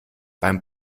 beim